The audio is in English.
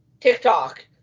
TikTok